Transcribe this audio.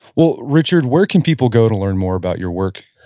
well richard, where can people go to learn more about your work?